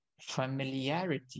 familiarity